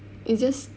it's just